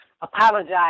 apologize